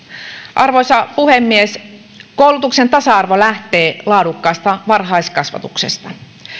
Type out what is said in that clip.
arvoisa puhemies koulutuksen tasa arvo lähtee laadukkaasta varhaiskasvatuksesta